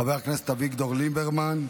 חבר הכנסת אביגדור ליברמן,